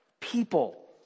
people